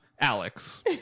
Alex